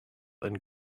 and